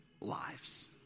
lives